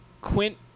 Quint